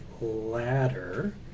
ladder